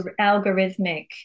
algorithmic